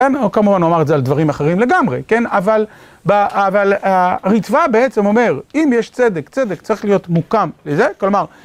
כמובן הוא אמר את זה על דברים אחרים לגמרי, אבל הרצפה בעצם אומר, אם יש צדק, צדק צריך להיות מוקם לזה, כלומר...